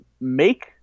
make